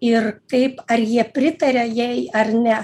ir kaip ar jie pritaria jai ar ne